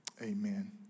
amen